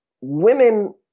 women